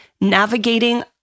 navigating